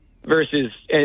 Versus